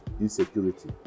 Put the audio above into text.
insecurity